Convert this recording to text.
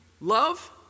love